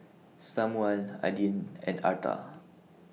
Samual Adin and Arta